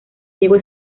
diego